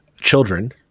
children